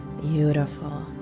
Beautiful